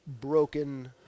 broken